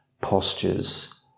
postures